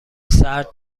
سرد